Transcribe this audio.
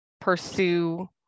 pursue